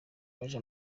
yaje